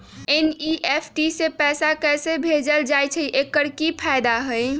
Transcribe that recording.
NEFT से पैसा कैसे भेजल जाइछइ? एकर की फायदा हई?